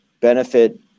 benefit